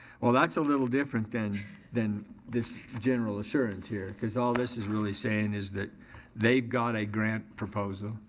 well that's a little different than than this general assurance here cause all this is really saying is that they've got a grant proposal.